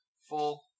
full